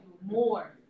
more